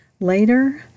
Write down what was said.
Later